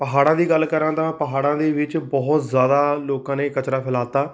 ਪਹਾੜਾਂ ਦੀ ਗੱਲ ਕਰਾਂ ਤਾਂ ਪਹਾੜਾਂ ਦੇ ਵਿੱਚ ਬਹੁਤ ਜ਼ਿਆਦਾ ਲੋਕਾਂ ਨੇ ਕਚਰਾ ਫੈਲਾਤਾ